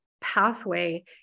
pathway